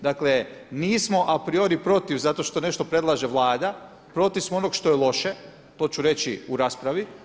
Dakle nismo a priori protiv zato što nešto predlaže Vlada, protiv smo onog što je loše, to ću reći u raspravi.